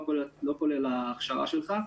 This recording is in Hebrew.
לא כולל ההכשרה שלך,